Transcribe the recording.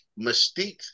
Mystique